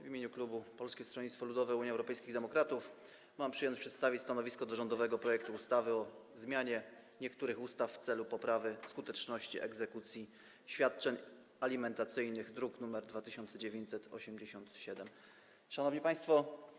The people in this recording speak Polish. W imieniu klubu Polskiego Stronnictwa Ludowego - Unii Europejskich Demokratów mam przyjemność przedstawić stanowisko wobec rządowego projektu ustawy o zmianie niektórych ustaw w celu poprawy skuteczności egzekucji świadczeń alimentacyjnych, druk nr 2987. Szanowni Państwo!